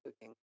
cooking